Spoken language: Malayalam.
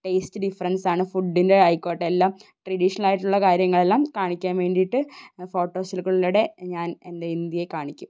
ടേസ്റ്റ് ഡിഫറെൻ്റ്സ് ആണ് ഫുഡ്ഡിന്റെ ആയിക്കോട്ടെ എല്ലാം ട്രഡീഷണൽ ആയിട്ടുള്ള കാര്യങ്ങളെല്ലാം കാണിക്കാൻ വേണ്ടിയിട്ട് ഫോട്ടോസുകളിലൂടെ ഞാൻ എന്റെ ഇന്ത്യയെ കാണിക്കും